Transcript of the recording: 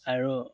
আৰু